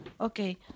Okay